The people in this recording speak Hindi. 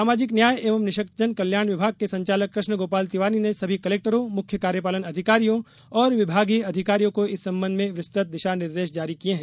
सामाजिक न्याय एवं निःशक्तजन कल्याण विभाग के संचालक कृष्णगोपाल तिवारी ने सभी कलेक्टरों मुख्य कार्यपालन अधिकारियों और विभागीय अधिकारियों को इस संबंध में विस्तृत दिशा निर्देश जारी किये हैं